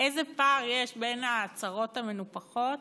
יש בין ההצהרות המנופחות